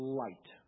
light